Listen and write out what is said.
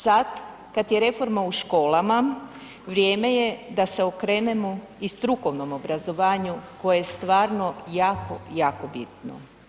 Sad kad je reforma u školama vrijeme je da se okrenemo i strukovnom obrazovanju koje je stvarno jako, jako bitno.